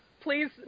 please